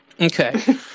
Okay